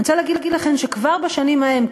אני רוצה להגיד לכם שכבר בשנים ההן,